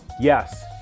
Yes